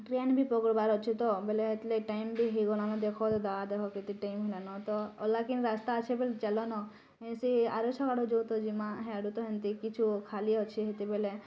ଟ୍ରେନବି ପକଡ଼ବାର ଅଛି ତ ବେଲେ ଏତଲେ ଟାଇମବି ହେଇଗଲାନ ଦେଖ ଦାଦା ଦେଖ କେତେ ଟାଇମ ହେଲାନ ତ ଅଲଗା କିନ ରାସ୍ତା ଅଛି ବୋଲେ ଚାଲନ ସେଇ ଆର ଛକ ଆଡ଼ୁ ଯୋଉତ ଯିମା ହ୍ୟାଡ଼ୁ ତ ହେମତି କିଛୁ ଖାଲି ଅଛି ହେତି ବେଲେ